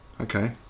Okay